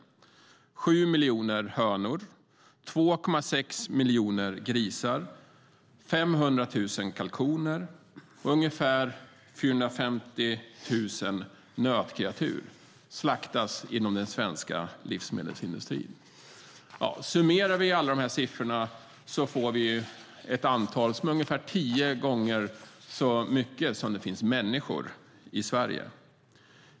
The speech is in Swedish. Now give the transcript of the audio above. Även 7 miljoner hönor, 2,6 miljoner grisar, 500 000 kalkoner och ungefär 450 000 nötkreatur slaktas varje år inom den svenska livsmedelsindustrin. Summerar vi alla dessa siffror får vi ett antal som är ungefär tio gånger så stort som antalet människor i Sverige.